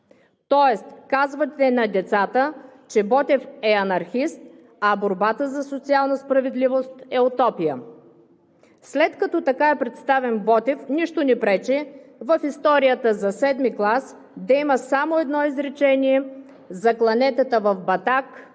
Тоест казвате на децата, че Ботев е анархист, а борбата за социална справедливост е утопия. След като така е представен Ботев, нищо не пречи в Историята за 7-ми клас да има само едно изречение за кланетата в Батак и